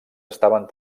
estaven